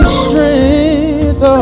strength